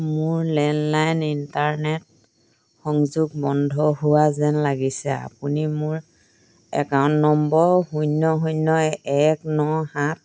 মোৰ landline internet সংযোগ বন্ধ হোৱা যেন লাগিছে আপুনি মোৰ একাউণ্ট নম্বৰ শূন্য শূন্য এক ন সাত